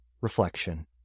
Reflection